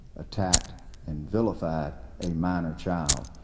attacked and vilified a minor child.